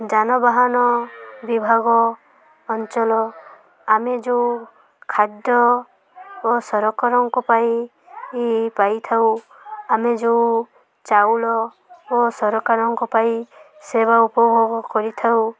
ଯାନବାହନ ବିଭାଗ ଅଞ୍ଚଳ ଆମେ ଯେଉଁ ଖାଦ୍ୟ ଓ ସରକାରଙ୍କ ପାଇଁ ଥାଉ ଆମେ ଯେଉଁ ଚାଉଳ ଓ ସରକାରଙ୍କ ପାଇଁ ସେବା ଉପଭୋଗ କରିଥାଉ